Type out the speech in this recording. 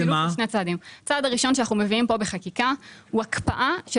צעד ראשון שאנחנו מביאים כאן בחקיקה הוא הקפאה של